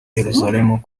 yeruzalemu